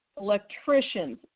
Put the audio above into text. electricians